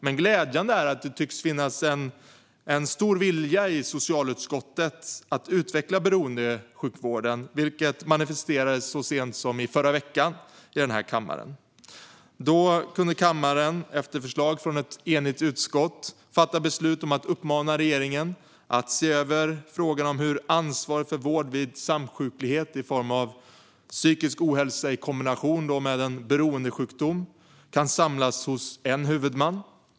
Men glädjande är att det tycks finnas en stor vilja i socialutskottet att utveckla beroendesjukvården, vilket manifesterades så sent som i förra veckan i den här kammaren. Då kunde kammaren, efter förslag från ett enigt utskott, fatta beslut om att uppmana regeringen att se över frågan om hur ansvaret för vård vid samsjuklighet i form av psykisk ohälsa i kombination med en beroendesjukdom kan samlas hos en huvudman.